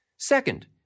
Second